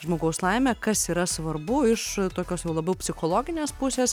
žmogaus laimė kas yra svarbu iš tokios jau labiau psichologinės pusės